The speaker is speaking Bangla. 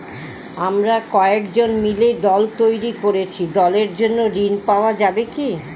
আমরা কয়েকজন মিলে দল তৈরি করেছি দলের জন্য ঋণ পাওয়া যাবে কি?